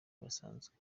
basanzwe